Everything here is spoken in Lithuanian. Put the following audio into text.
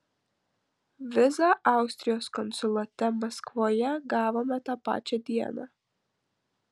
vizą austrijos konsulate maskvoje gavome tą pačią dieną